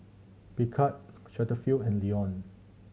Picard Cetaphil and Lion